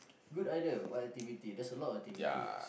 good idea what activity there's a lot of activity